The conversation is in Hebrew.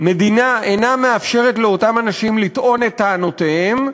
המדינה אינה מאפשרת לאותם אנשים לטעון את טענותיהם,